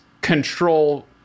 control